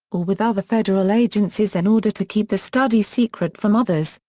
or with other federal agencies in order to keep the study secret from others,